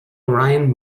ryan